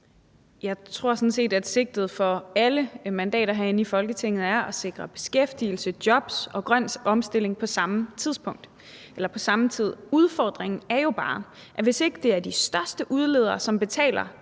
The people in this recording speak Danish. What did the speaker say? Jeg tror sådan set, at sigtet for alle mandater her i Folketinget er at sikre beskæftigelse, jobs og grøn omstilling på samme tid. Udfordringen er jo bare, at hvis det ikke er de største udledere, som betaler